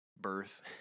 birth